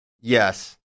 Yes